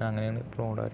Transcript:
ഞാൻ അങ്ങനെയാണ് എപ്പഴും ഓടാറ്